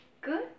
good